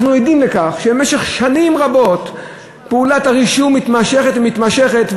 אבל אנחנו עדים לכך שבמשך שנים רבות פעולת הרישום מתמשכת ומתמשכת,